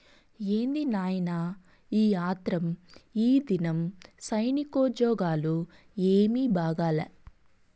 ఏంది నాయినా ఈ ఆత్రం, ఈదినం సైనికోజ్జోగాలు ఏమీ బాగాలా